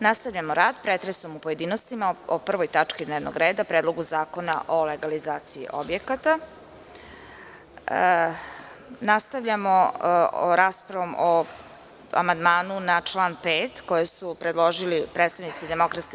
Nastavljamo rad pretresom u pojedinostima o 1. tački dnevnog reda – PREDLOGU ZAKONA O LEGALIZACIJI OBJEKATA Nastavljamo raspravom o amandmanu na član 5. koji su predložili predstavnici DS.